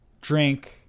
drink